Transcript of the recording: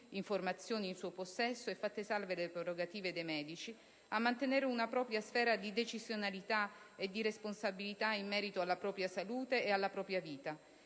informazioni in suo possesso e fatte salve le prerogative dei medici, a mantenere una propria sfera di decisionalità e di responsabilità in merito alla propria salute e alla propria vita